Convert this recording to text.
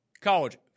college